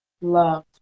love